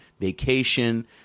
vacation